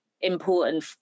important